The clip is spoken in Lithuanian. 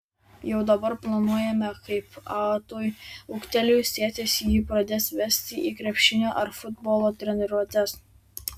jau dabar planuojame kaip atui ūgtelėjus tėtis jį pradės vesti į krepšinio ar futbolo treniruotes